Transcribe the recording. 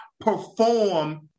perform